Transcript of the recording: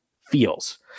feels